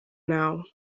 now